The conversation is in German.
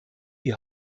die